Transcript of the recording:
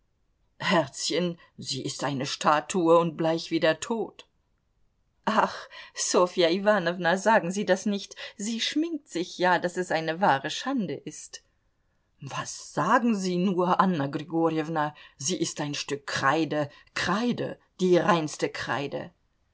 herzchen sie ist eine statue und bleich wie der tod ach ssofja iwanowna sagen sie das nicht sie schminkt sich ja daß es eine wahre schande ist was sagen sie nur anna grigorjewna sie ist ein stück kreide kreide die reinste kreide